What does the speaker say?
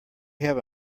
have